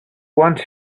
want